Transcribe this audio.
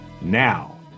Now